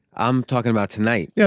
i'm talking about tonight, yeah